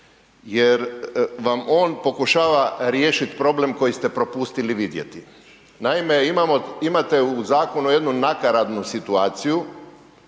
jer vam on pokušava riješiti problem koji ste propustili vidjeti. Naime, imate u zakonu jednu nakaradnu situaciju,